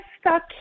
stuck